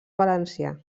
valencià